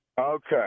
Okay